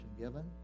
given